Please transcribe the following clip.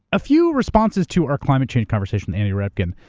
a few responses to our climate change conversation with andrew revkin,